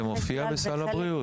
זה חלק מסל הבריאות?